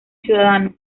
ciudadano